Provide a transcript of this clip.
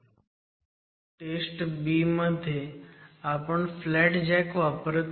taste B मध्ये आपण flat jack वापरत नाही